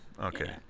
Okay